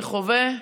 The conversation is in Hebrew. שחווה,